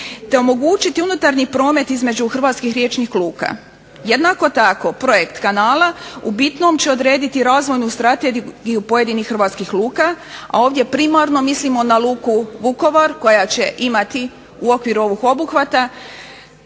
te omogućiti unutarnji promet između hrvatskih riječkih luka. Jednako tako projekt kanala u bitnom će odrediti razvojnu strategiju pojedinih hrvatskih luka, a ovdje primarno mislim na Luku Vukovar koja će imati u okviru ovih obuhvata